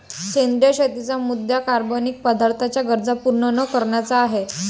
सेंद्रिय शेतीचा मुद्या कार्बनिक पदार्थांच्या गरजा पूर्ण न करण्याचा आहे